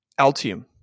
Altium